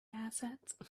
assets